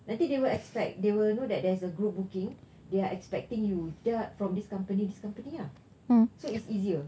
nanti they will expect they will know that there's a group booking they are expecting you tak from this company this company ah so it's easier